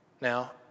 Now